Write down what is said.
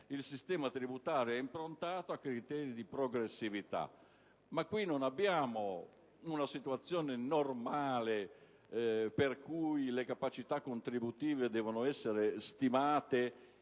Il sistema tributario è informato a criteri di progressività». Ma in questo caso non ci troviamo in una situazione normale, per cui le capacità contributive devono essere stimate